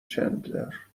چندلر